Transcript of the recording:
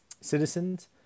citizens